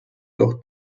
doch